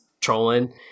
trolling